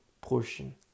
portion